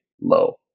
low